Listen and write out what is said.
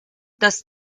das